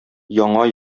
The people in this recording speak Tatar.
яңа